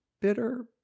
bitter